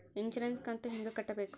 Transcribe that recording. Insurance ಕಂತು ಹೆಂಗ ಕಟ್ಟಬೇಕು?